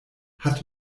hat